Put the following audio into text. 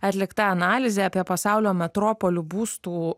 atlikta analizė apie pasaulio metropolių būstų